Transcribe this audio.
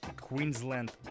Queensland